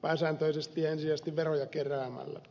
pääsääntöisesti ja ensisijaisesti veroja keräämällä